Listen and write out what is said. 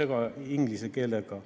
segamini inglise keelega.